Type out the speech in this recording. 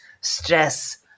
stress